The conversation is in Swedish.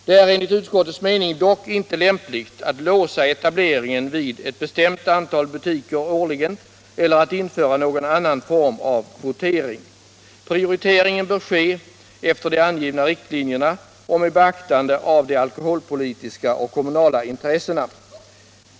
Det är enligt utskottets mening dock inte lämpligt att låsa etableringen vid ett bestämt antal butiker årligen eller att införa någon annan form av kvotering. Prioteringen bör ske efter de angivna riktlinjerna och med beaktande av de alkoholpolitiska och kommunala intressena.